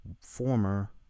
former